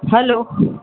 hello